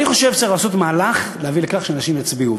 אני חושב שצריך לעשות מהלך כדי להביא לכך שאנשים יצביעו.